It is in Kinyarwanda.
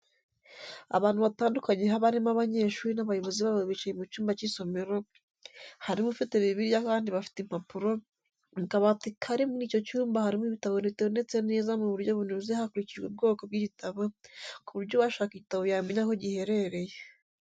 Abantu batandukanye barimo abanyeshuri n'abayobozi babo bicaye mu cyumba cy'isomero, harimo ufite bibiliya abandi bafite impapuro, mu kabati kari muri icyo cyumba harimo ibitabo bitondetse neza mu buryo bunoze hakurikijwe ubwoko bw'igitabo ku buryo uwashaka igitabo yamenya aho giherereye.